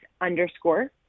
underscore